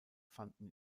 fanden